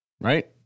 right